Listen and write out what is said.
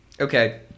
Okay